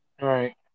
Right